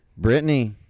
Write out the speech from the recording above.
Britney